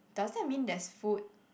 does that mean there's food